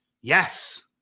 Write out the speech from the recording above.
Yes